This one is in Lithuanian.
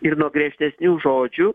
ir nuo griežtesnių žodžių